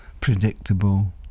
predictable